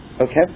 okay